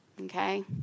okay